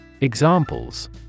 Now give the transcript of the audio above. Examples